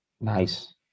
nice